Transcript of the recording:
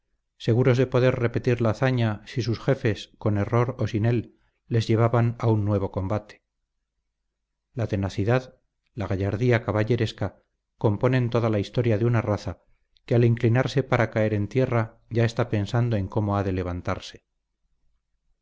seguros de poder repetir la hazaña si sus jefes con error o sin él les llevaban a un nuevo combate la tenacidad la gallardía caballeresca componen toda la historia de una raza que al inclinarse para caer en tierra ya está pensando en cómo ha de levantarse